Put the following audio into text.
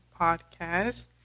podcast